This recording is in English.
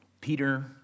Peter